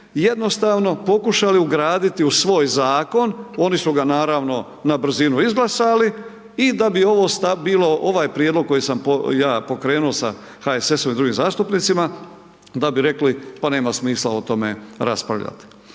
jednostavno pokušali ugraditi u svoj zakon, oni su ga naravno na brzinu izglasali, i da bi ovo bilo, ovaj prijedlog koji sam ja pokrenuo ja sa HSS-om i drugim zastupnicima, da bi rekli pa nema smisla o tome raspravljati.